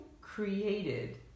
created